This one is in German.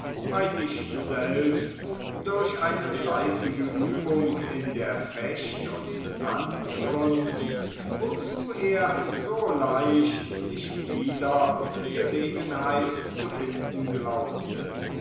bei sich selbst durch eine fleißige übung in der fecht und tanzkunst wozu er so leicht nicht wieder gelegenheit zu finden glaubte